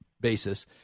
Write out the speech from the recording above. basis